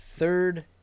third